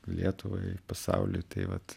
lietuvai pasauliui tai vat